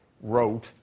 wrote